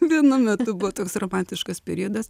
vienu metu buvo toks romantiškas periodas